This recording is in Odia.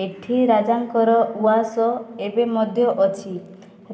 ଏଠି ରାଜାଙ୍କର ଉଆସ ଏବେ ମଧ୍ୟ ଅଛି